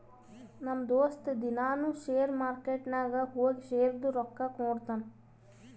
ನಮ್ ದೋಸ್ತ ದಿನಾನೂ ಶೇರ್ ಮಾರ್ಕೆಟ್ ನಾಗ್ ಹೋಗಿ ಶೇರ್ದು ರೊಕ್ಕಾ ನೋಡ್ತಾನ್